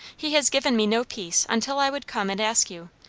he has given me no peace until i would come and ask you,